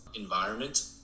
environment